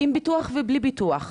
עם ביטוח ובלי ביטוח?